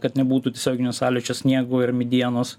kad nebūtų tiesioginio sąlyčio sniego ir medienos